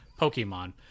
Pokemon